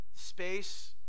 space